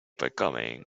becoming